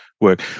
work